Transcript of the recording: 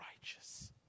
righteous